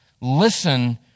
listen